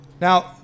Now